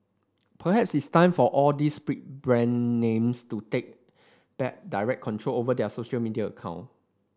perhaps it's time for all these big brand names to take back direct control over their social media account